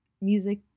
music